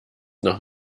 noch